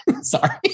Sorry